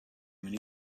many